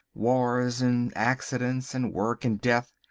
wars and accidents and work and death.